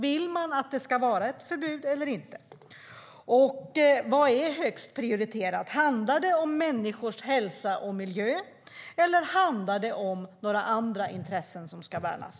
Vill man att det ska vara ett förbud eller inte? Vad är högst prioriterat - handlar det om människors hälsa och miljö, eller handlar det om några andra intressen som ska värnas?